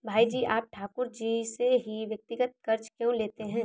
भाई जी आप ठाकुर जी से ही व्यक्तिगत कर्ज क्यों लेते हैं?